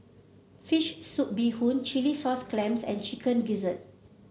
fish soup Bee Hoon Chilli Sauce Clams and Chicken Gizzard